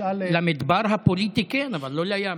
למדבר הפוליטי כן, אבל לא לים.